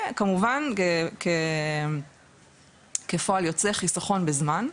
וכמובן, כפועל יוצא חיסכון בזמן,